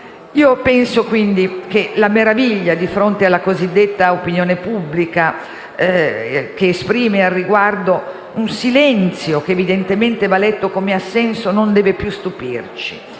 quindi che la meraviglia di fronte alla cosiddetta opinione pubblica che esprime al riguardo un silenzio, che evidentemente va letto come assenso, non deve più stupirci.